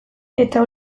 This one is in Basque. eta